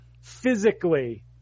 physically